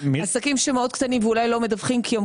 עסקים מאוד קטנים ואולי לא מדווחים כי הם